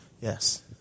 Yes